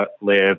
live